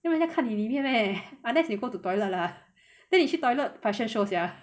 因为人家看你里面咩 unless you go to toilet lah then 你去 toilet fashion show sia